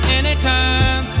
anytime